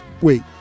wait